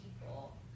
people